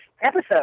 episode